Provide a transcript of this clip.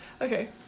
Okay